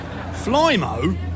Flymo